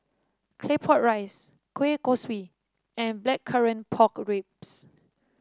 Claypot Rice Kueh Kosui and Blackcurrant Pork Ribs